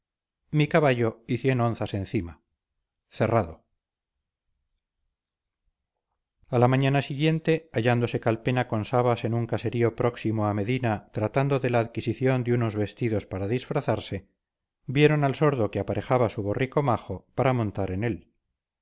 mi caballo y cien onzas encima cerrado a la mañana siguiente hallándose calpena con sabas en un caserío próximo a medina tratando de la adquisición de unos vestidos para disfrazarse vieron al sordo que aparejaba su borrico majo para montar en él